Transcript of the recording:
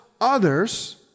others